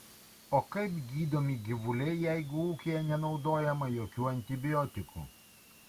o kaip gydomi gyvuliai jeigu ūkyje nenaudojama jokių antibiotikų